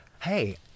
hey